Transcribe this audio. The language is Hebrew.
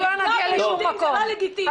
לרצוח יהודים זה לא לגיטימי, בשום הפגנה.